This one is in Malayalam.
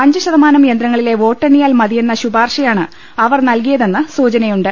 അഞ്ച് ശതമാനം യന്ത്രങ്ങളിലെ വോട്ട് എണ്ണിയാൽ മതിയെന്ന ശുപാർശയാണ് അവർ നൽകിയതെന്ന് സൂചന യുണ്ട്